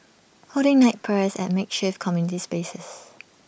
holding night prayers at makeshift community spaces